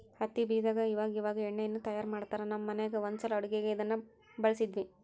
ಹತ್ತಿ ಬೀಜದಾಗ ಇವಇವಾಗ ಎಣ್ಣೆಯನ್ನು ತಯಾರ ಮಾಡ್ತರಾ, ನಮ್ಮ ಮನೆಗ ಒಂದ್ಸಲ ಅಡುಗೆಗೆ ಅದನ್ನ ಬಳಸಿದ್ವಿ